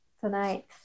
tonight